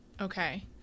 Okay